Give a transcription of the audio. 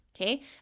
okay